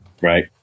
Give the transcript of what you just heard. Right